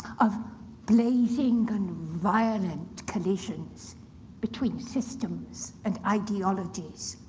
of blazing and violent collisions between systems and ideologies.